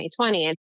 2020